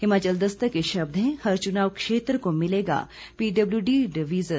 हिमाचल दस्तक के शब्द हैं हर चुनाव क्षेत्र को मिलेगा पीडब्ल्यूडी डिविज़न